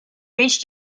reached